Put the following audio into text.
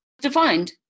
defined